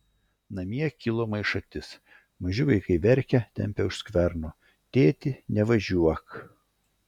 namie kilo maišatis maži vaikai verkia tempia už skverno tėti nevažiuok